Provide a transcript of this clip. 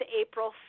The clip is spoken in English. April